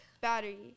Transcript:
Battery